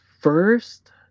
first